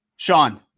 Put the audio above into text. Sean